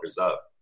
up